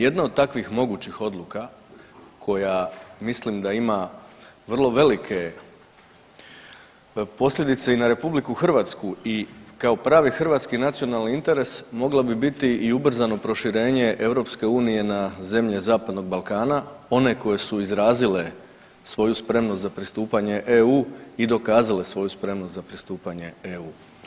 Jedna od takvih mogućih odluka koja mislim da ima vrlo velike posljedice i na RH i kao pravi hrvatski nacionalni interes mogla bi biti i ubrzano proširenje EU na zemlje Zapadnog Balkana, one koje su izrazile svoju spremnost za pristupanje EU i dokazale svoju spremnost za pristupanje EU.